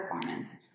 performance